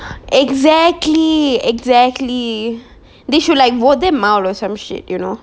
exactly exactly they should like vote them out or some shit you know